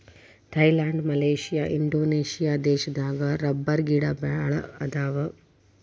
Thailand Malaysia Indonesia ದೇಶದಾಗ ರಬ್ಬರಗಿಡಾ ಬಾಳ ಅದಾವ